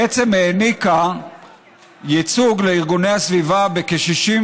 בעצם העניקה ייצוג לארגוני הסביבה בכ-64